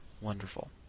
wonderful